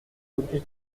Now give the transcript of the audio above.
votre